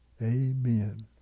Amen